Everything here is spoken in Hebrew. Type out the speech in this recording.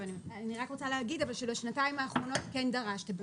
אני רק רוצה להגיד שבשנתיים האחרונות כן דרשתם,